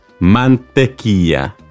mantequilla